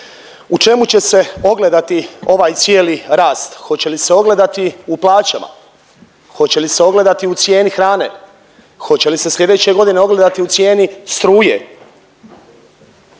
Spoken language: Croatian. U čemu će se ogledati ovaj cijeli rast, hoće li se ogledati u plaćama, hoće li se ogledati u cijeni hrane, hoće li se slijedeće godine ogledati u cijeni struje